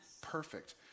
Perfect